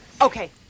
Okay